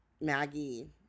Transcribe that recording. Maggie